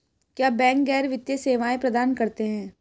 क्या बैंक गैर वित्तीय सेवाएं प्रदान करते हैं?